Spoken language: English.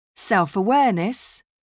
Self-awareness